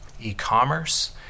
e-commerce